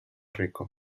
rico